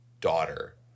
daughter